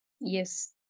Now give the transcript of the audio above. Yes